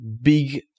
big